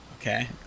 Okay